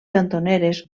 cantoneres